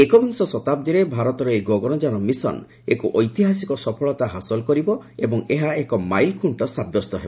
ଏକବିଂଶ ଶତାବ୍ଦୀରେ ଭାରତର ଏହି ଗଗନଯାନ ମିଶନ ଏକ ଐତିହାସିକ ସଫଳତା ହାସଲ କରିବ ଏବଂ ଏହା ଏକ ମାଇଲ୍ ଖୁଷ୍ଟ ସାବ୍ୟସ୍ତ ହେବ